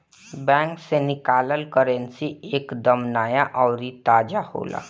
bank से निकालल currency एक दम नया अउरी ताजा होला